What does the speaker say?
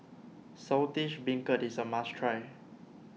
Saltish Beancurd is a must try